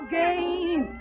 game